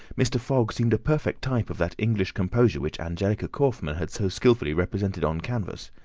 mr. fogg seemed a perfect type of that english composure which angelica kauffmann has so skilfully represented on canvas.